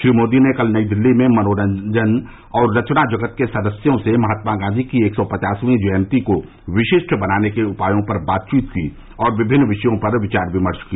श्री मोदी ने कल नयी दिल्ली में मनोरंजन और रचना जगत के सदस्यों से महात्मा गांधी की एक सै पचासवीं जयंती को विशिष्ट बनाने के उपायों पर बातचीत की और विभिन्न विषयों पर विचार विमर्श किया